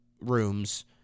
rooms